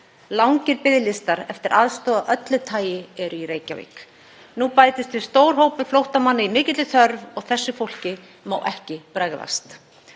Langir biðlistar eftir aðstoð af öllu tagi eru í Reykjavík. Nú bætist við stór hópur flóttamanna í mikilli þörf og þessu fólki má ekki bregðast.